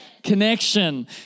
Connection